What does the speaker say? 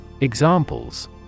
Examples